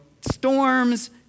storms